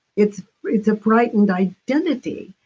it's it's a frightened identity.